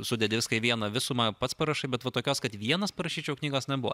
sudedi viską į vieną visumą pats parašai bet va tokios kad vienas parašyčiau knygos nebuvo